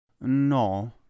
No